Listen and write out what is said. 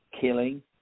killing